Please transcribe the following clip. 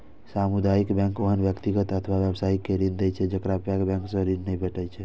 सामुदायिक बैंक ओहन व्यक्ति अथवा व्यवसाय के ऋण दै छै, जेकरा पैघ बैंक सं ऋण नै भेटै छै